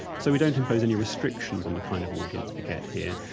so we don't impose any restrictions on the kind of audience we get here.